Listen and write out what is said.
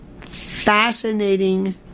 fascinating